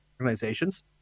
organizations